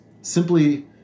simply